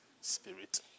spirit